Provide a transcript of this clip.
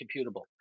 computable